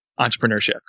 entrepreneurship